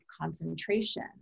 concentration